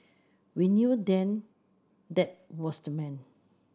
we knew then that was the man